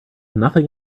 nothing